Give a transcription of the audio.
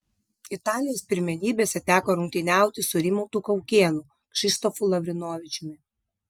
italijos pirmenybėse teko rungtyniauti su rimantu kaukėnu kšištofu lavrinovičiumi